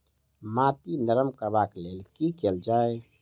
माटि नरम करबाक लेल की केल जाय?